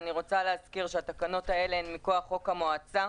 אני רוצה להזכיר שהתקנות האלה הן מכוח חוק המועצה.